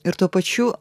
ir tuo pačiu